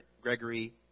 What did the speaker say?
Gregory